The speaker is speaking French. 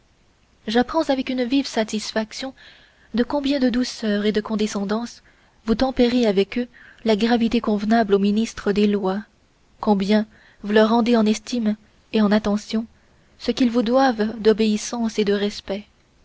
j'apprends avec une vive satisfaction de combien de douceur et de condescendance vous tempérez avec eux la gravité convenable aux ministres des lois combien vous leur rendez en estime et en attentions ce qu'ils vous doivent d'obéissance et de respect